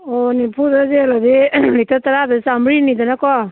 ꯑꯣ ꯅꯤꯐꯨꯗ ꯌꯣꯜꯂꯗꯤ ꯂꯤꯇꯔ ꯇꯔꯥꯗ ꯆꯥꯝꯔꯤꯅꯤꯗꯅꯀꯣ